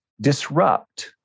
disrupt